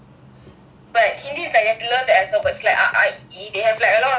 but hindi you have learn the alphabets is like they have a lot of letters